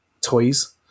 toys